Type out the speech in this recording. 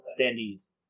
standees